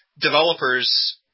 Developers